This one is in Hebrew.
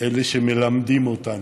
אלה שמלמדים אותנו,